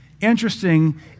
Interesting